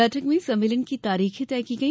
बैठक में सम्मेलन की तारीखें तय की गई